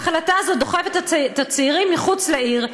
ההחלטה הזאת דוחפת את הצעירים מחוץ לעיר,